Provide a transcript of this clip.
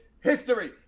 history